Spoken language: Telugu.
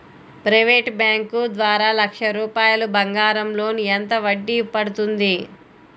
ప్రైవేట్ బ్యాంకు ద్వారా లక్ష రూపాయలు బంగారం లోన్ ఎంత వడ్డీ పడుతుంది?